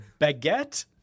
baguette